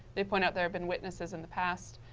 they point out there have been witnesses in the past.